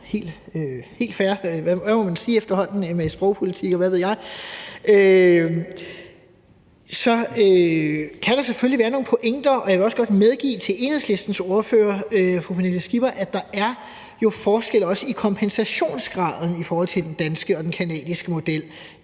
sådan – hvad må man efterhånden sige med sprogpolitik og hvad ved jeg? – så kan der selvfølgelig være nogle pointer. Og jeg vil også godt medgive Enhedslistens ordfører, fru Pernille Skipper, at der jo også er forskel i kompensationsgraden i den danske og den canadiske model.